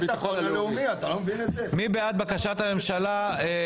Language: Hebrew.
מי בעד בקשת הממשלה לאשר פטור?